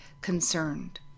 concerned